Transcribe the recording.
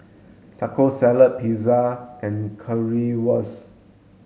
Taco Salad Pizza and Currywurst